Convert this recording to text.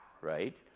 right